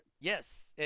Yes